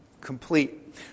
complete